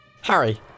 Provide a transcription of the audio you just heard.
Harry